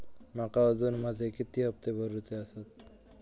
माका अजून माझे किती हप्ते भरूचे आसत?